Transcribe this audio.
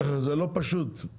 זה לא פשוט.